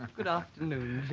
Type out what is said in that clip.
good afternoon